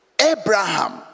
Abraham